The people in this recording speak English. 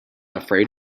afraid